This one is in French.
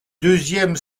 deuxième